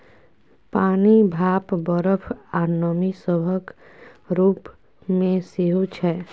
पानि, भाप, बरफ, आ नमी सभक रूप मे सेहो छै